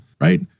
right